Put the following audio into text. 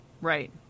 Right